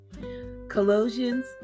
Colossians